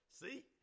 See